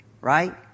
right